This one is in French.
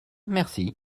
merci